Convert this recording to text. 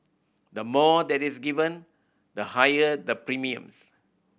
the more that is given the higher the premiums